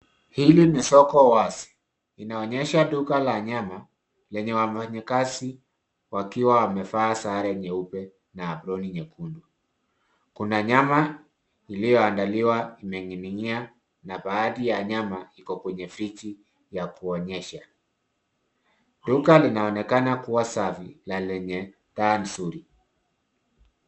Hili ni soko wazi, inaonyesha duka la nyama lenye wafanyakazi wakiwa wamevaa sare nyeupe na aproni nyekundu. Kuna nyama iliyoandaliwa imening'inia na baadhi ya nyama iko kwenye friji ya kuonyesha. Duka linaonekana kuwa safi na lenye taa nzuri.